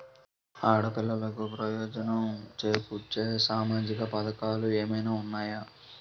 ఆడపిల్లలకు ప్రయోజనం చేకూర్చే సామాజిక పథకాలు ఏమైనా ఉన్నాయా?